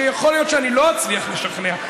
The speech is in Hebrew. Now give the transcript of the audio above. שיכול להיות שאני לא אצליח לשכנע,